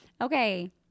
Okay